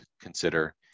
consider